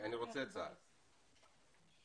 אני רוצה לשמוע את צה"ל.